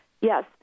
Yes